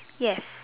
yes